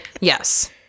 yes